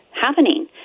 happening